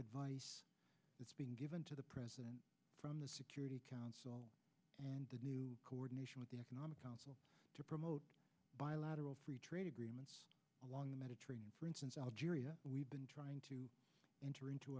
advice that's being given to the president from the security council to do coordination with the economic council to promote bilateral free trade agreements along the mediterranean for instance algeria we've been trying to enter into